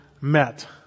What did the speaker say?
met